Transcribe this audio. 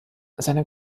seine